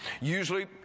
Usually